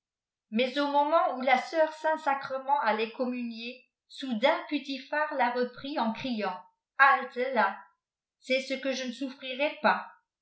mais au moment où la sœur saint-sacrement allait communier son dain putiphr la reprit en criant halte la c'est ce que je ne souffrirai pas